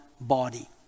body